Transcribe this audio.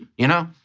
you know?